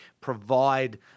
provide